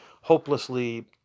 hopelessly